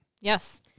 Yes